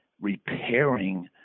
repairing